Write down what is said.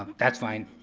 um that's fine.